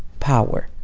power.